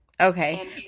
Okay